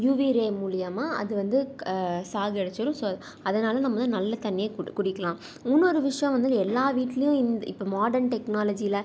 UV ray மூலிமா அது வந்து க சாகடிச்சுடும் ஸோ அதனால் நம்ம நல்ல தண்ணியை குடி குடிக்கலாம் இன்னொரு விஷயம் வந்து இது எல்லா வீட்லேயும் இந்த இப்போ மாடர்ன் டெக்னாலஜியில்